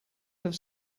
have